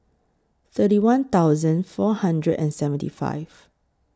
thirty one thousand four hundred and seventy five